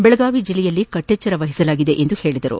ಬೆಳಗಾವಿ ಜಲ್ಲೆಯಲ್ಲಿ ಕಟ್ಟೆಚ್ಲರ ವಹಿಸಲಾಗಿದೆ ಎಂದರು